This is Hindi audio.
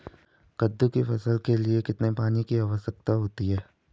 कद्दू की फसल के लिए कितने पानी की आवश्यकता होती है?